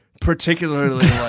particularly